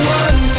one